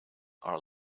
are